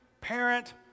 parent